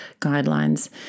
guidelines